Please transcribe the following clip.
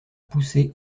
poussé